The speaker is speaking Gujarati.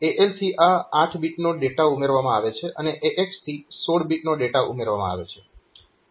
AL થી આ 8 બીટનો ડેટા ઉમેરવામાં આવે છે અને AX થી 16 બીટ ડેટા ઉમેરવામાં આવે છે